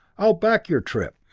i'll back your trip!